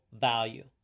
value